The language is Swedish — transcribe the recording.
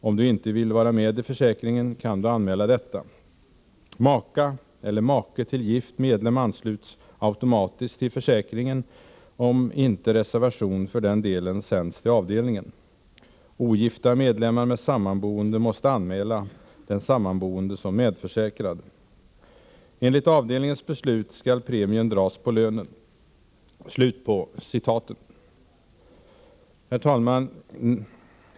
Om Du inte vill vara med i försäkringen, kan Du anmäla detta -—-—- Maka eller make till gift medlem ansluts automatiskt till försäkringen om inte reservation för den delen sänds till avdelningen ——— Ogifta medlemmar med sammanboende måste anmäla den sammanboende som medförsäkrad ——— Enligt avdelningens beslut skall premien dras på lönen —--” Herr talman!